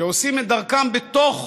שעושים את דרכם בתוך